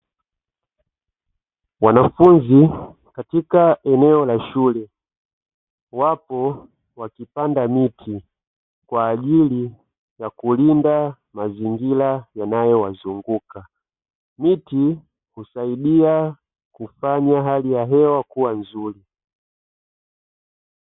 Wanafunzi katika eneo la shule, wapo wakipanda miti kwa ajili ya kulinda mazingira yanayowazunguka. Miti husaidia kufanya hali ya hewa kuwa nzuri.